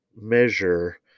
measure